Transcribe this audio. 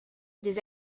des